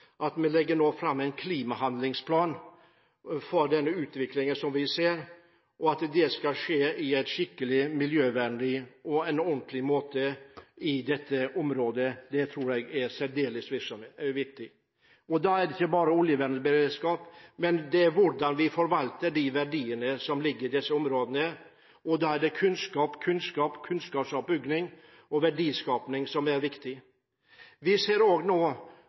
at vi i løpet av den formannskapsperioden vi nå går inn i, legger fram en klimahandlingsplan for denne utviklingen vi ser, og at det skal skje på en skikkelig, miljøvennlig og ordentlig måte i dette området. Det tror jeg er særdeles viktig. Det er ikke bare snakk om oljevernberedskap, men hvordan vi forvalter de verdiene som ligger i disse områdene. Det er kunnskap, kunnskapsoppbygging og verdiskaping som er viktig. Vi ser også at andre nasjoner nå